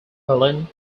helene